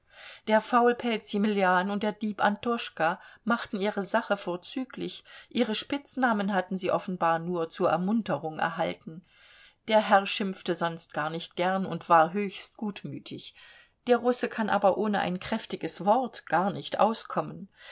der faulpelz jemeljan und der dieb antoschka machten ihre sache vorzüglich ihre spitznamen hatten sie offenbar nur zur ermunterung erhalten der herr schimpfte sonst gar nicht gern und war höchst gutmütig der russe kann aber ohne ein kräftiges wort gar nicht auskommen